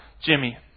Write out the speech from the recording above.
Jimmy